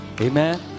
Amen